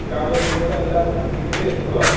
गाबोन मोजाङै रायज्लायनो हासिगोन दे स्खुलाव